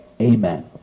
Amen